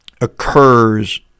occurs